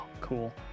Cool